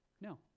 No